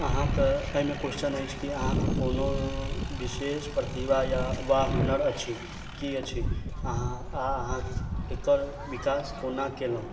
अहाँके एहिमे क्वेस्चन अछि की अहाँके कोनो विशेष प्रतिभा या वा हुनर अछि की अछि अहाँ आ अहाँ एकर विकास कोना केलहुॅं